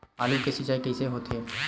आलू के सिंचाई कइसे होथे?